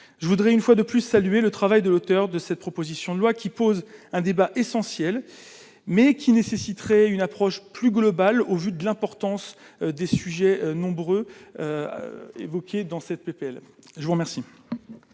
je voudrais une fois de plus saluer le travail de l'auteur de cette proposition de loi qui pose un débat essentiel mais qui nécessiterait une approche plus globale au vu de l'importance des sujets nombreux évoqué dans cette PPL je vous remercie.